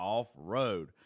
Off-Road